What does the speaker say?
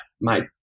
mate